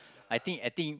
I think I think